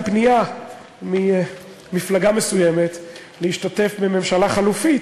פנייה ממפלגה מסוימת להשתתף בממשלה חלופית,